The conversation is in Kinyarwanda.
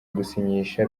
gusinyisha